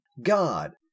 God